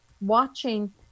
watching